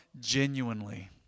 genuinely